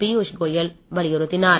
பியூஷ் கோயல் வலியுறுத்தினார்